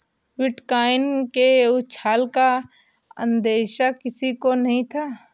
bitcoin के उछाल का अंदेशा किसी को नही था